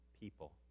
people